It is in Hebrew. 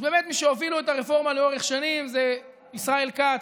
אז באמת מי שהובילו את הרפורמה לאורך השנים זה ישראל כץ,